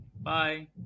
Bye